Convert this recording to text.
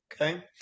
Okay